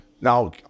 Now